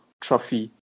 trophy